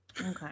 Okay